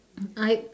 I